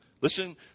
Listen